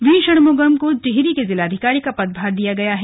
we Shanmugam को टिहरी के जिलाधिकारी का पदभार दिया गया है